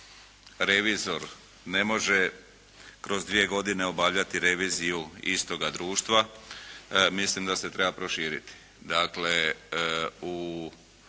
revizor ne može kroz dvije godine obavljati reviziju istoga društva. Mislim da se treba proširiti.